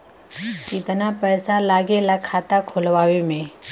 कितना पैसा लागेला खाता खोलवावे में?